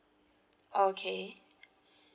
okay